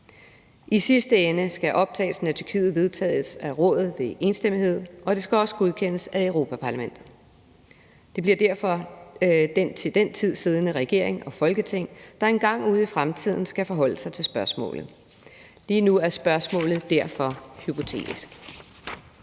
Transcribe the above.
I sidste ende skal optagelsen af Tyrkiet vedtages af Rådet ved enstemmighed, og det skal også godkendes af Europa-Parlamentet. Det bliver derfor den til den tid siddende regering og det til den tid siddende Folketing, der engang ude i fremtiden skal forholde sig til spørgsmålet. Lige nu er spørgsmålet derfor hypotetisk.